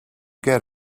get